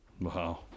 wow